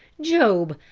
job,